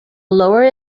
lower